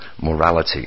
morality